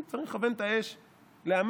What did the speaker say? איזו תעוזה הייתה לה,